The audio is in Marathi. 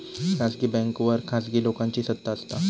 खासगी बॅन्कांवर खासगी लोकांची सत्ता असता